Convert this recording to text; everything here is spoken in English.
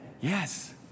yes